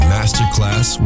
Masterclass